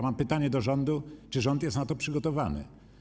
Mam pytanie do rządu, czy rząd jest na to przygotowany.